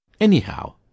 anyhow